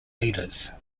leaders